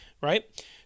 right